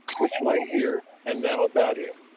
which lay here and now about him.